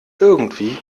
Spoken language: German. irgendwie